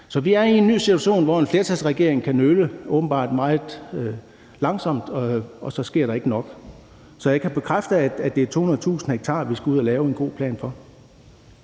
Så vi er i en ny situation, hvor en flertalsregering kan nøle åbenbart meget længe, og så sker der ikke nok. Så jeg kan bekræfte, at det er 200.000 ha, vi skal ud og lave en god plan for.